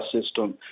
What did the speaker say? system